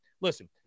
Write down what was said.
listen